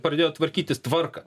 pradėjo tvarkytis tvarką